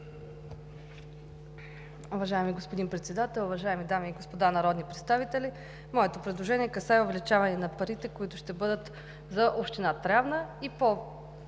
Уважаеми господин Председател, уважаеми дами и господа народни представители! Моето предложение касае увеличаване на парите, които ще бъдат за община Трявна и